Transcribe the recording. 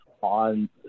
on